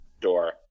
door